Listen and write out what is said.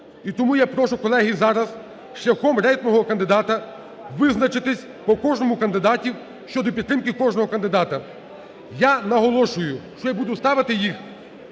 І тому я прошу, колеги, зараз шляхом рейтингового кандидата визначитись по кожному з кандидатів щодо підтримки кожного кандидата. Я наголошую, що я буду ставити їх